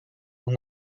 aux